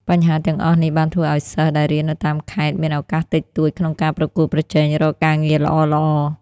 បញ្ហាទាំងអស់នេះបានធ្វើឱ្យសិស្សដែលរៀននៅតាមខេត្តមានឱកាសតិចតួចក្នុងការប្រកួតប្រជែងរកការងារល្អៗ។